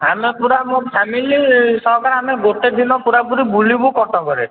ଆମେ ପୂରା ମୋ ଫ୍ୟାମିଲି ସହକାରେ ଆମେ ଗୋଟେ ଦିନ ପୂରାପୂରି ବୁଲିବୁ କଟକରେ